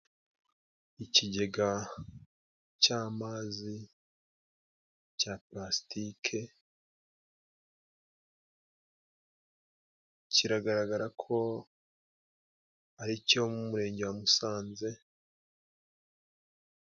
Ikigega cy'amazi cya parasitike kiragaragara ko ari icyo mu Murenge wa Musanze.